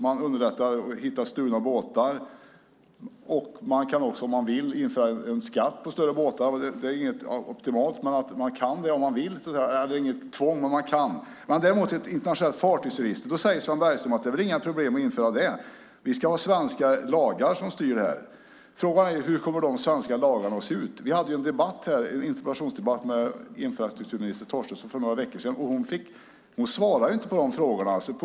Det blir lättare att hitta stulna båtar, och man kan också, om man vill, införa en skatt på större båtar. Det är inte optimalt och inget tvång, men man kan göra det om man vill. När det gäller ett internationellt fartygsregister säger Sven Bergström att det är väl inga problem att införa det. Vi ska ha svenska lagar som styr det. Frågan är hur dessa svenska lagar kommer att se ut. Vi hade en interpellationsdebatt med infrastrukturminister Torstensson för några veckor sedan, och hon svarade inte på dessa frågor.